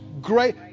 great